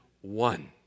one